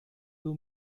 will